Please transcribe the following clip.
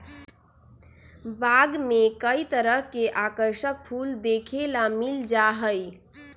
बाग में कई तरह के आकर्षक फूल देखे ला मिल जा हई